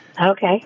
Okay